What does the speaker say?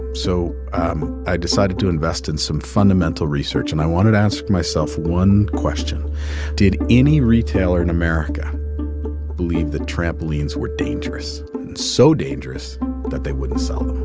so um i decided to invest in some fundamental research. and i wanted to ask myself one question did any retailer in america believe that trampolines were dangerous so dangerous that they wouldn't sell them?